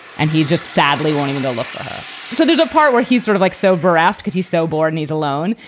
and he just sadly won't even go look for her. so there's a part where he's sort of like, so voracek because he's so bored and he's alone.